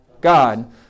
God